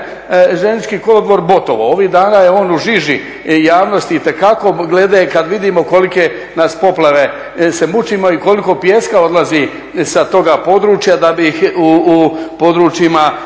željeznički kolodvor Botovo, ovih dana je on u žiži javnosti itekako glede kad vidimo kolike nas poplave se mučimo i koliko pijeska odlazi sa toga područja da bi u područjima